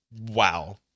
Wow